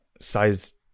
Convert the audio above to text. size